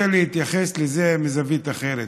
רוצה להתייחס לזה מזווית אחרת.